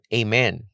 amen